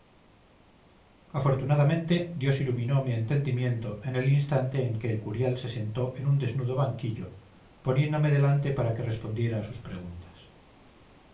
afortunadamente dios iluminó mi entendimiento en el instante en que el curial se sentó en un desnudo banquillo poniéndome delante para que respondiera a sus preguntas